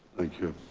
thank you.